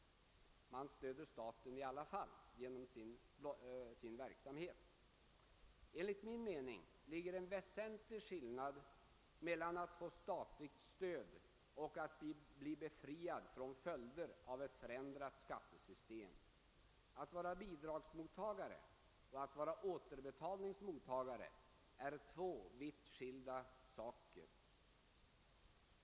Man stöder staten i alla fall genom sin verksamhet. Enligt min mening är det en väsentlig skillnad meilan att få statligt stöd och att bli befriad från följder av ett förändrat skattesystem; att vara bidragsmottagare och att vara återbetalningsmottagare är två vitt skilda saker.